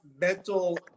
mental